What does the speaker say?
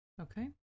Okay